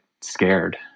scared